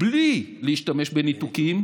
בלי להשתמש בניתוקים,